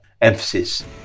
emphasis